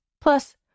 Plus